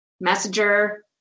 messenger